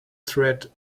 threat